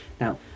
now